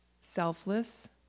Selfless